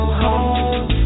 home